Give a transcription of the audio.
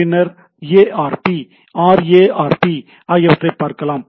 பின்னர் ARP RARP ஆகியவற்றை பார்க்கலாம்